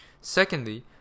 secondly